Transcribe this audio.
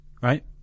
Right